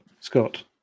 scott